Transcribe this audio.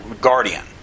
guardian